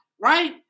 Right